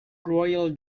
royal